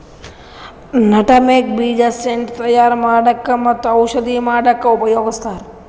nutmeg ಬೀಜ scent ತಯಾರ್ ಮಾಡಕ್ಕ್ ಮತ್ತ್ ಔಷಧಿ ಮಾಡಕ್ಕಾ ಉಪಯೋಗಸ್ತಾರ್